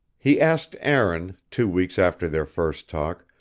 he asked aaron, two weeks after their first talk,